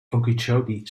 okeechobee